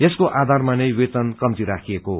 यसको आधारमानै वेतन कम्ती राखिएको हो